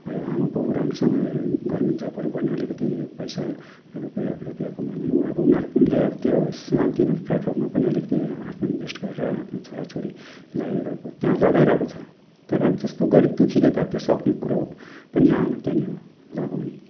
है आमा बाउ राम्रोसँग है गभर्मेन्ट जबहरू गर्ने अलिकति पैसा रुपयाँ रुपियाँ कमाउने अब उनीहरूको उसले अब त्यो सानो तिनो प्ल्याटफर्ममा पनि अलिकति आफै इनभेस्ट गरेर आफ्नो छोराछोरी लाई अब त्यहाँ लगाइरहेको छ तर अब त्यस्तो गरिब दु खीले त त्यो सक्ने कुरो पनि आएन त्यहाँनिर लगाउने